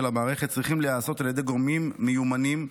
המערכת צריכים להיעשות על ידי גורמים מיומנים,